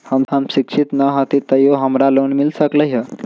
हम शिक्षित न हाति तयो हमरा लोन मिल सकलई ह?